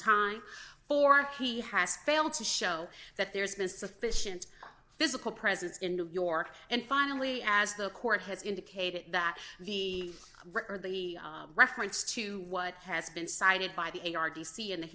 time or he has failed to show that there's been a sufficient physical presence in new york and finally as the court has indicated that the record the reference to what has been cited by the a r d c in the